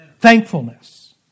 Thankfulness